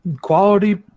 Quality